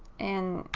and,